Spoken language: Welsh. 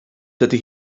dydy